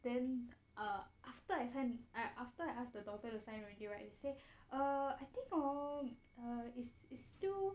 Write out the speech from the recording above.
then err after I can I after I ask the doctor to sign already right say err I think oh uh is is still